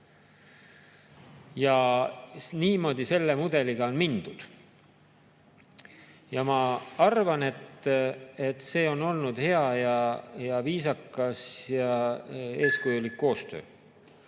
Ja niimoodi selle mudeliga on mindud. Ma arvan, et see on olnud hea ja viisakas ja eeskujulik koostöö.